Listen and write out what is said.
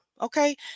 okay